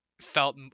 felt